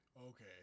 okay